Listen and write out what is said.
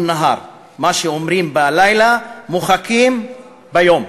אל-נהאר" מה שאומרים בלילה מוחקים ביום.